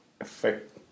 effect